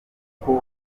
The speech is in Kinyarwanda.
kuko